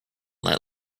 let